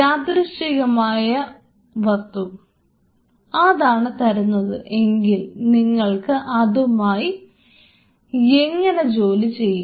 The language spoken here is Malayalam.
യാദൃശ്ചികമായ വസ്തു അതാണ് തരുന്നത് എങ്കിൽ നിങ്ങൾ അതുമായി എങ്ങനെ ജോലി ചെയ്യും